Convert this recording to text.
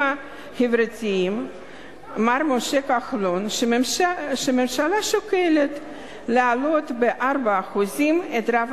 החברתיים מר משה כחלון שהממשלה שוקלת להעלות ב-4% את רף